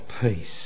peace